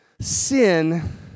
Sin